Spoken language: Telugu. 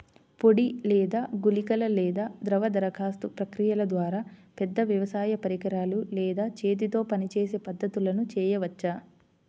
పొడి లేదా గుళికల లేదా ద్రవ దరఖాస్తు ప్రక్రియల ద్వారా, పెద్ద వ్యవసాయ పరికరాలు లేదా చేతితో పనిచేసే పద్ధతులను చేయవచ్చా?